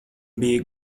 bija